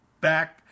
back